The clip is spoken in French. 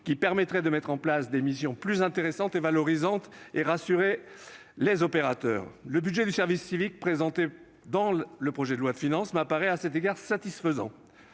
qui permettrait de mettre en place des missions plus intéressantes et valorisantes, et de rassurer les opérateurs. Le budget du service civique présenté dans le projet de loi de finances m'apparaît à cet égard satisfaisant.